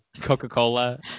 coca-cola